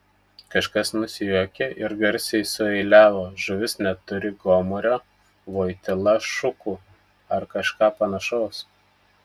kažkas nusijuokė ir garsiai sueiliavo žuvis neturi gomurio voityla šukų ar kažką panašaus